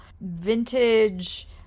vintage